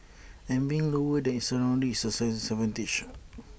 and being lower than its surroundings is A disadvantage